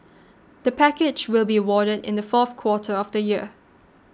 the package will be awarded in the fourth quarter of the year